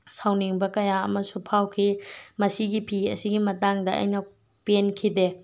ꯁꯥꯎꯅꯤꯡꯕ ꯀꯌꯥ ꯑꯃꯁꯨ ꯐꯥꯎꯈꯤ ꯃꯁꯤꯒꯤ ꯐꯤ ꯑꯁꯤꯒꯤ ꯃꯇꯥꯡꯗ ꯑꯩꯅ ꯄꯦꯟꯈꯤꯗꯦ